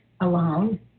alone